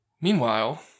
Meanwhile